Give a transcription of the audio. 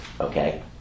okay